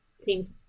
Seems